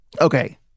okay